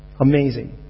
Amazing